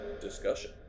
Discussion